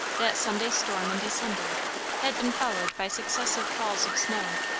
that sunday storm in december had been followed by successive falls of snow,